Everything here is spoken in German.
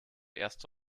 erste